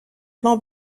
plan